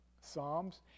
Psalms